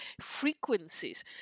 frequencies